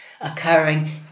occurring